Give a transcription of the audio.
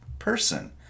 person